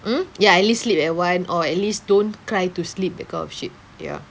hmm ya at least sleep at one or at least don't cry to sleep that kind of shit ya